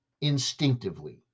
instinctively